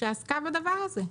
שעסקה בדבר הזה,